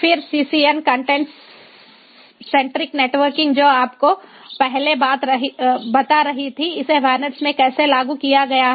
फिर CCN content centric networking जो आपको पहले बता रही थी इसे VANETs में कैसे लागू किया गया है